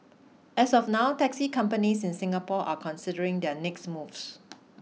as of now taxi companies in Singapore are considering their next moves